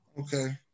Okay